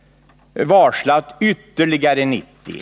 — varslat ytterligare 90.